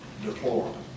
deplorable